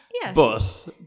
Yes